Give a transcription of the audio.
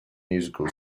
musical